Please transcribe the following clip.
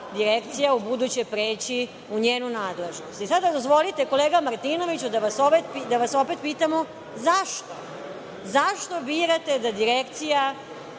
direkcija ubuduće preći u njenu nadležnost. Sada, dozvolite, kolega Martinoviću, da vas opet pitamo – zašto? Zašto birate da Direkcija